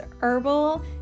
herbal